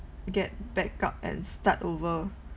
get back up and start over